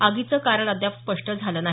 आगीचं कारण अद्याप स्पष्ट झाल नाही